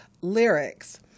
lyrics